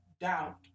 doubt